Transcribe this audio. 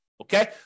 Okay